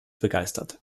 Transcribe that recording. begeistert